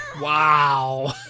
wow